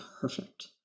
perfect